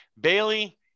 Bailey